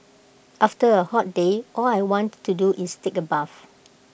after A hot day all I want to do is take A bath